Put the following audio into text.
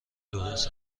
درست